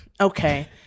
Okay